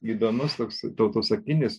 įdomus toks tautosakinis